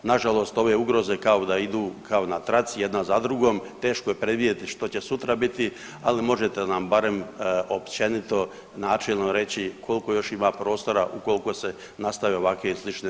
Nažalost ove ugroze kao da idu kao na traci jedna za drugom, teško je predvidjeti što će sutra biti, ali možete li nam barem općenito načelno reći koliko još ima prostora ukoliko se nastave ovakve i slične ugroze?